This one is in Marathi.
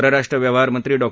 परराष्ट्र व्यवहारमंत्री डॉ